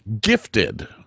Gifted